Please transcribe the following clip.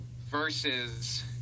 versus